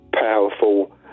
powerful